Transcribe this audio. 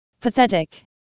Pathetic